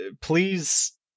Please